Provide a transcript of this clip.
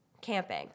camping